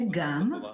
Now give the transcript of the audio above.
גם.